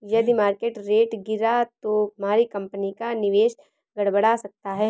यदि market rate गिरा तो हमारी कंपनी का निवेश गड़बड़ा सकता है